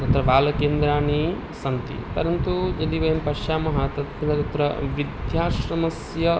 तत्र बालकेन्द्राणि सन्ति परन्तु यदि वयं पश्यामः तत्र तत्र वृद्धाश्रमस्य